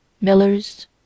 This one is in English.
millers